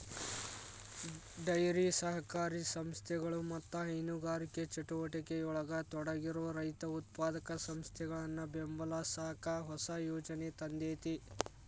dairy ಸಹಕಾರಿ ಸಂಸ್ಥೆಗಳು ಮತ್ತ ಹೈನುಗಾರಿಕೆ ಚಟುವಟಿಕೆಯೊಳಗ ತೊಡಗಿರೋ ರೈತ ಉತ್ಪಾದಕ ಸಂಸ್ಥೆಗಳನ್ನ ಬೆಂಬಲಸಾಕ ಹೊಸ ಯೋಜನೆ ತಂದೇತಿ